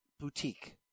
boutique